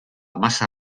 massa